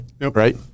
right